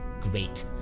Great